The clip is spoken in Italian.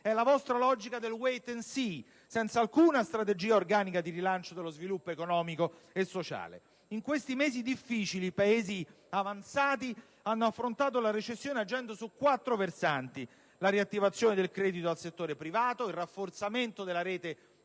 È la logica del *wait and see*, senza alcuna strategia organica di rilancio dello sviluppo economico e sociale. In questi mesi difficili i Paesi avanzati hanno affrontato la recessione agendo su quattro versanti: la riattivazione del credito al settore privato; il rafforzamento della rete